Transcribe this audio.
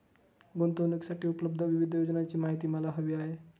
गुंतवणूकीसाठी उपलब्ध विविध योजनांची माहिती मला हवी आहे